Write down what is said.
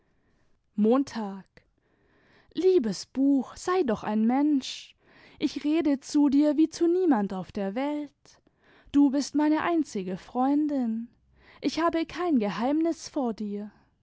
montag liebes buch sei doch ein mensch ich rede zu dir wie zu niemand auf der welt du bist meine einzige freundin ich habe kein geheimnis vor dir